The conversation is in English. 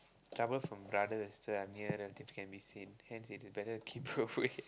trouble from brothers that are nearer that can be seen hence it is better to keep away